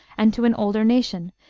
and to an older nation,